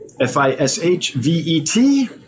F-I-S-H-V-E-T